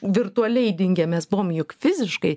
virtualiai dingę mes buvom juk fiziškai